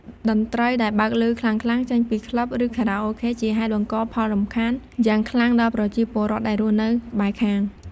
តន្ត្រីដែល បើកឮខ្លាំងៗ ចេញពី ក្លឹប ឬខារ៉ាអូខេ ជាហេតុបង្កផលរំខានយ៉ាងខ្លាំងដល់ ប្រជាពលរដ្ឋដែលរស់នៅក្បែរខាង។